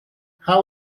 how